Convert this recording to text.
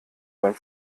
beim